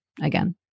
again